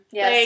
Yes